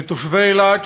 לתושבי אילת,